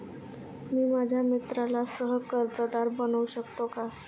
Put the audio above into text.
मी माझ्या मित्राला सह कर्जदार बनवू शकतो का?